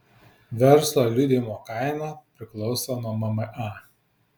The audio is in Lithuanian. verslo liudijimo kaina priklauso nuo mma